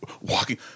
walking